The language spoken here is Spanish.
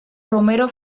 romero